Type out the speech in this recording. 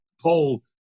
poll